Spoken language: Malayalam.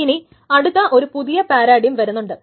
ഇനി അടുത്ത ഒരു പുതിയ പാരാഡിം വരുന്നുണ്ട്